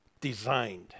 designed